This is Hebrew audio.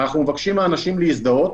אנחנו מבקשים מאנשים להזדהות,